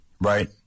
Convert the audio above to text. right